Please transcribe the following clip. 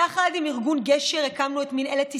יחד עם ארגון גשר הקמנו את מינהלת ישראל,